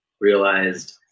realized